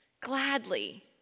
gladly